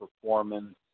performance